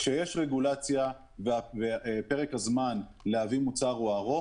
כשיש רגולציה ופרק הזמן להביא מוצר הוא ארוך,